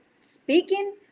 speaking